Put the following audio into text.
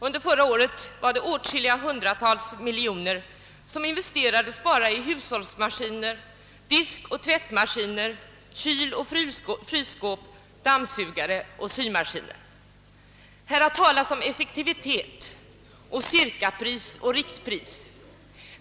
Under förra året investerades åtskilliga hundratal miljoner kronor i bara hushållsmaskiner: diskoch tvättmaskiner, kyloch frysskåp, dammsugare och symaskiner. Här har talats om effektivitet och cirkapris och riktpris.